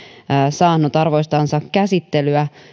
saanut arvoistansa käsittelyä